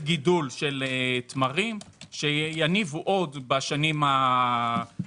גידול של תמרים שיניבו עוד בשנים הקרובות.